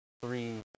three